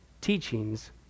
teachings